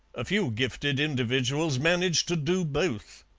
a few gifted individuals manage to do both.